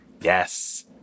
Yes